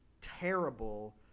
terrible